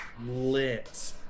lit